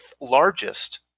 largest